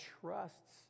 trusts